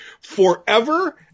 forever